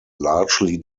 largely